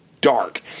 dark